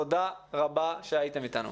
תודה רבה שהייתם איתנו.